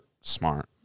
smart